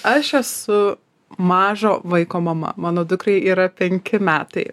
aš esu mažo vaiko mama mano dukrai yra penki metai